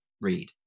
read